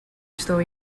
estão